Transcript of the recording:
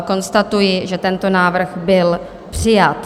Konstatuji, že tento návrh byl přijat.